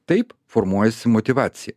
taip formuojasi motyvacija